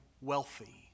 wealthy